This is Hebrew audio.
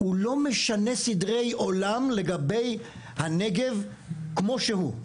אם הוא לא משנה סדרי עולם לגבי הנגב כמו שהוא,